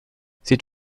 c’est